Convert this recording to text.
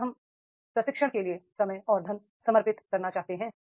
क्या हम प्रशिक्षण के लिए समय और धन समर्पित करना चाहते हैं